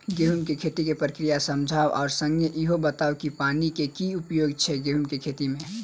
गेंहूँ केँ खेती केँ प्रक्रिया समझाउ आ संगे ईहो बताउ की पानि केँ की उपयोग छै गेंहूँ केँ खेती में?